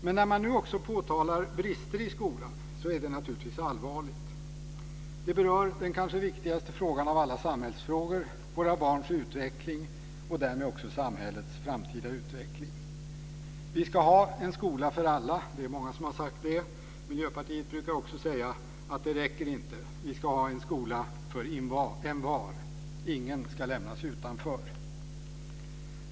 Men när man nu också påtalar brister i skolan är det naturligtvis allvarligt. Det berör den kanske viktigaste frågan av alla samhällsfrågor, nämligen våra barns utveckling och därmed också samhällets framtida utveckling. Vi ska ha en skola för alla. Det har många sagt. Miljöpartiet brukar också säga att det inte räcker utan att vi ska ha en skola för envar, att ingen ska lämnas utanför.